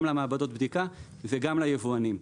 גם למעבדות הבדיקה וגם ליבואנים.